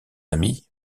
amis